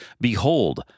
behold